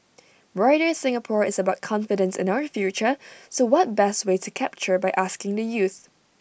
brighter Singapore is about confidence in our future so what best way to capture by asking the youth